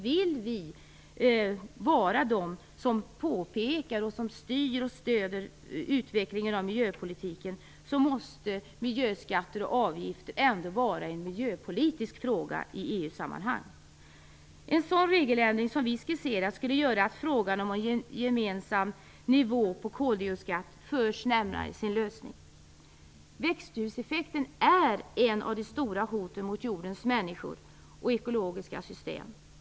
Om vi vill vara de som påpekar och som styr och stöder utvecklingen av miljöpolitiken, så måste miljöskatter och avgifter ändå vara miljöpolitiska frågor i EU sammanhang. En sådan regeländring som vi har skisserat skulle göra att frågan om en gemensam nivå på koldioxidskatt förs närmare sin lösning. Växthuseffekten är ett av de stora hoten mot jordens människor och ekologiska system.